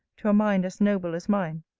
to a mind as noble as mine.